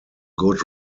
good